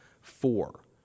four